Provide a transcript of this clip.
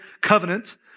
Covenant